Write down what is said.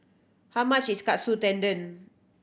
how much is Katsu Tendon